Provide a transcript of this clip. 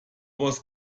wars